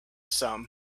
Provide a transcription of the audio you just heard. some